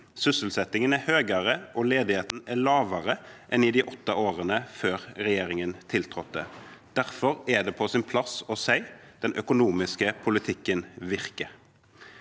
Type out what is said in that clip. sysselsettingen er høyere, og ledigheten er lavere enn i de åtte årene før regjeringen tiltrådte. Derfor er det på sin plass å si: Den økonomiske politikken virker.